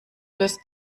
bist